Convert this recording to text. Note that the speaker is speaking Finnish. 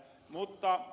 mutta ed